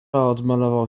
odmalował